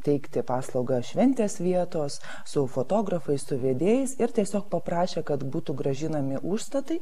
teikti paslaugą šventės vietos su fotografais su vedėjais ir tiesiog paprašė kad būtų grąžinami užstatai